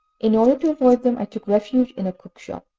in order to avoid them, i took refuge in a cookshop,